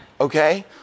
Okay